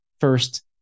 first